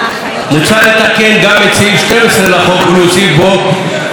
מוצע לתקן גם את סעיף 12 לחוק ולהוסיף בו הסדר